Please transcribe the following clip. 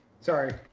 Sorry